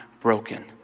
broken